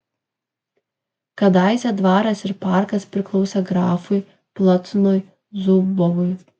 kadaise dvaras ir parkas priklausė grafui platonui zubovui